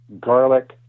garlic